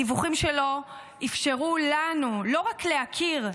הדיווחים שלו אפשרו לנו לא רק להכיר,